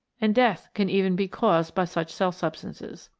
and death can even be caused by such cell substances.